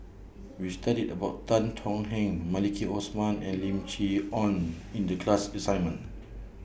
We studied about Tan Thuan Heng Maliki Osman and Lim Chee Onn in The class assignment